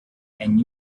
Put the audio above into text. and